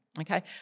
okay